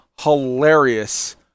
hilarious